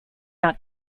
not